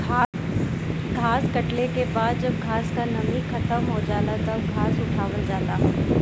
घास कटले के बाद जब घास क नमी खतम हो जाला तब घास उठावल जाला